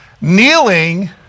kneeling